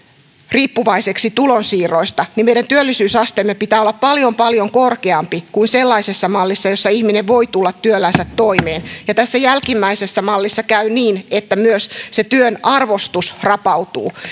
riippuvaiseksi tulonsiirroista niin meidän työllisyysasteemme pitää olla paljon paljon korkeampi kuin sellaisessa mallissa jossa ihminen voi tulla työllänsä toimeen ja tässä jälkimmäisessä mallissa käy niin että myös se työn arvostus rapautuu